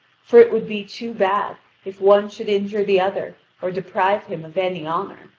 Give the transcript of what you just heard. for it would be too bad if one should injure the other or deprive him of any honour.